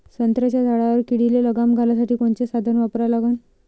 संत्र्याच्या झाडावर किडीले लगाम घालासाठी कोनचे साधनं वापरा लागन?